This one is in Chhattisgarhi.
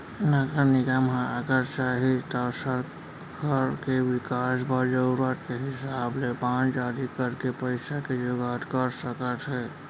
नगर निगम ह अगर चाही तौ सहर के बिकास बर जरूरत के हिसाब ले बांड जारी करके पइसा के जुगाड़ कर सकत हे